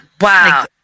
Wow